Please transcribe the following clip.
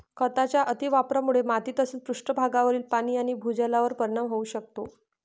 खतांच्या अतिवापरामुळे माती तसेच पृष्ठभागावरील पाणी आणि भूजलावर परिणाम होऊ शकतो